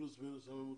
פלוס-מינוס הממוצע?